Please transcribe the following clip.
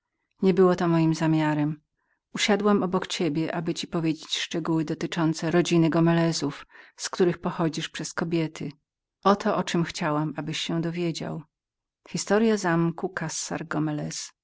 i zibeldą to niebyło moim zamiarem usiadłam obok ciebie aby ci powiedzieć szczegóły dotyczące rodziny gomelezów z których pochodzisz przez kobiety oto jest właśnie to o czem chciałam abyś się dowiedział pierwszą głową naszej